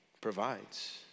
provides